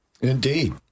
Indeed